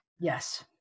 Yes